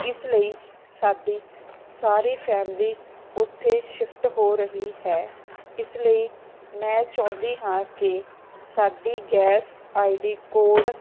ਇਸ ਲਈ ਸਾਡੀ ਸਾਰੀ ਫੈਮਲੀ ਉਥੇ ਸ਼ਿਫਟ ਹੋ ਰਹੀ ਹੈ ਇਸ ਲਈ ਮੈਂ ਚਾਹੁੰਦੀ ਹਾਂ ਕਿ ਸਾਡੀ ਗੈਸ ਆਈਡੀ ਕੋਡ